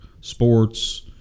sports